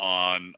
on